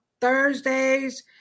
Thursdays